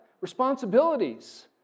responsibilities